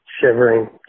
shivering